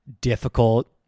difficult